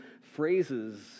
phrases